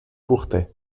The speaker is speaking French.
courtrai